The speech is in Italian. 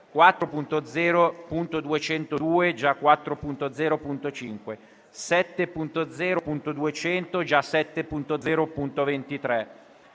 4.0.202 (già 4.0.5), 7.0.200 (già 7.0.23),